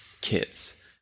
kids